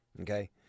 okay